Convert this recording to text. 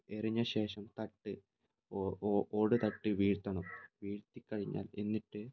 എറിഞ്ഞ ശേഷം തട്ട് ഓട് തട്ട് വീഴ്ത്തണം വീഴ്ത്തിക്കഴിഞ്ഞാൽ എന്നിട്ട്